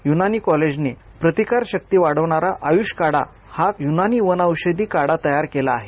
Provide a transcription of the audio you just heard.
यूनानी कॉलेजने प्रतिकारशक्ती वाढवणारा आयूष काढा हा यूनानी वनौषधी काढा तयार केला आहे